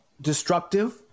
destructive